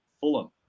Fulham